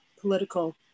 political